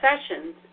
sessions